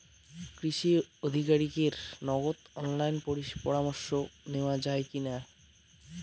কৃষি আধিকারিকের নগদ অনলাইন পরামর্শ নেওয়া যায় কি না?